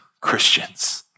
Christians